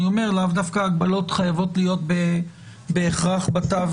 הגבלות לאו דווקא חייבות להיות בהכרח בתו